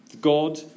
God